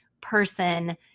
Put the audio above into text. person